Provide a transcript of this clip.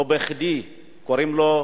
לא בכדי קוראים לו נתניהו,